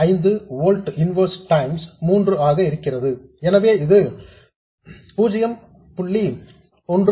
05 volt inverse times 3 ஆக இருக்கிறது எனவே இது 0